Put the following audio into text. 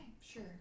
sure